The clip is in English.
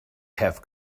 have